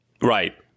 Right